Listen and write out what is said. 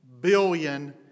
billion